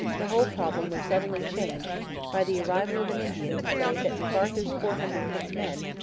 the whole problem was suddenly changed by the arrival of an indian to say that mcarthur's four hundred picked men,